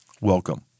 Welcome